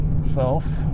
self